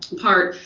part,